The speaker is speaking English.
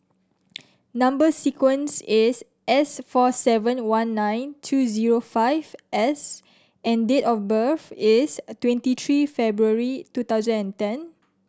number sequence is S four seven one nine two zero five S and date of birth is twenty three February two thousand and ten